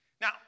Now